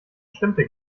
stimmte